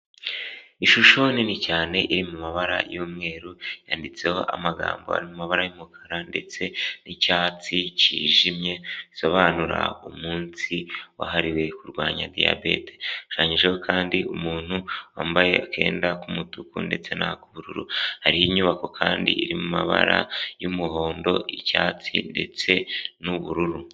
Ishusho nini cyane iri mu mabara y'umweru, yanditseho amagambo ari mu mabara y'umukara ndetse n'icyatsi cyijimye, bisobanura umunsi wahariwe kurwanya diyabete, hashushanyijeho kandi umuntu wambaye akenda k'umutuku ndetse n'ak'ubururu, hari inyubako kandi iri mu mabara y'umuhondo, icyatsi ndetse n'ubururu.